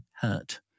hurt